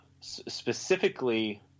specifically